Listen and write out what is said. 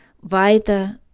weiter